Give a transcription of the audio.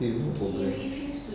he don't know